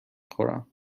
خورم